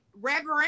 Reverend